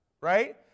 right